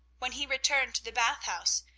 when he returned to the bath house,